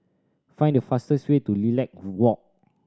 find the fastest way to Lilac Walk